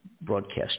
broadcast